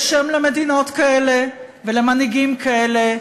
יש שם למדינות כאלה ולמנהיגים כאלה,